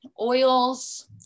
oils